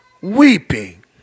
weeping